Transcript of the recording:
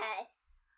Yes